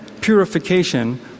purification